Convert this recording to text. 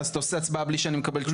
אז אתה עושה הצבעה בלי שאני מקבל תשובות?